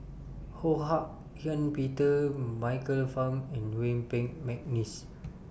Ho Hak Ean Peter Michael Fam and Yuen Peng Mcneice